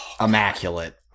immaculate